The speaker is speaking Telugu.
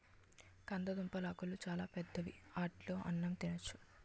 కందదుంపలాకులు చాలా పెద్దవి ఆటిలో అన్నం తినొచ్చు